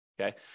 okay